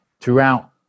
throughout